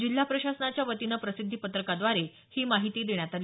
जिल्हा प्रशासनाच्या वतीनं प्रसिद्धी पत्रकाद्वारे ही माहिती देण्यात आली